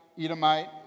Edomite